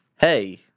hey